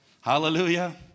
Hallelujah